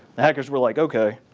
the hackers were like, ok,